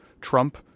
Trump